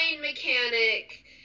mechanic